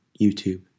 YouTube